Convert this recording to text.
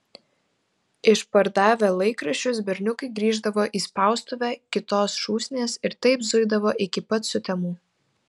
išpardavę laikraščius berniukai grįždavo į spaustuvę kitos šūsnies ir taip zuidavo iki pat sutemų